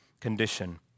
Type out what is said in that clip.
condition